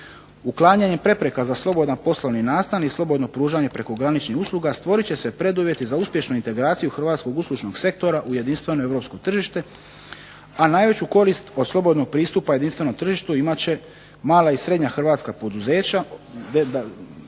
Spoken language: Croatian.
Uklanjanje prepreka za slobodan poslovni nastan i slobodno pružanje prekograničnih usluga stvorit će se preduvjeti za uspješnu integraciju hrvatskog uslužnog sektora u jedinstveno europsko tržište, a najveću korist od slobodnog pristupa jedinstvenom tržištu imat će mala i srednja hrvatska poduzeća,